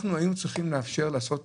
אנחנו היינו צריכים לאפשר לעשות